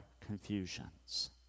confusions